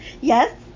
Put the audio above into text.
Yes